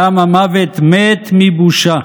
ים המוות מת מבושה.